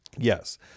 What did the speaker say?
Yes